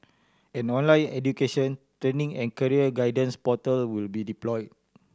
an online education training and career guidance portal will be deployed